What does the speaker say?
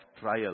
trial